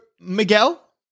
Miguel